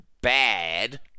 bad